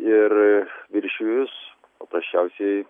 ir viršijus paprasčiausiai